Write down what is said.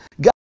God